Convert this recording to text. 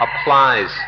applies